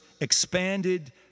expanded